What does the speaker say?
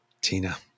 Tina